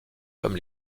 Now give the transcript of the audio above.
comme